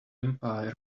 empire